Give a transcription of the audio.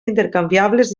intercanviables